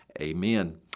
Amen